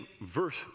verse